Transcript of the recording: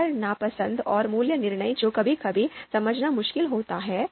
व्यापार नापसंद और मूल्य निर्णय जो कभी कभी समझना मुश्किल होता है